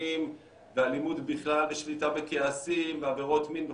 ואלימות בכלל ושליטה בכעסים ועבירות מין וכו',